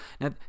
now